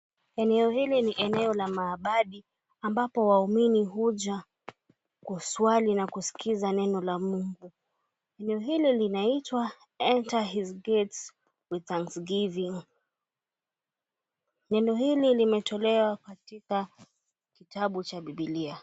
Eneo hili ni eneo la maabadhi ambapo waumini huja kuswali na kuskiza neno la mungu. Eneo hili linaitwa, Enter his gates with thanksgiving . Neno hili limetolewa katika kitabu cha bibilia.